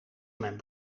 mijn